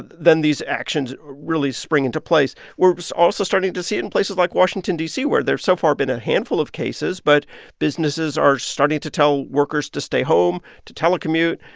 then these actions really spring into place. we're also starting to see it in places like washington, d c, where there's so far been a handful of cases. but businesses are starting to tell workers to stay home, to telecommute.